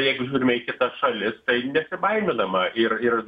tai jeigu žiūrime į kitas šalis tai nesibaiminama ir ir